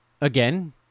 again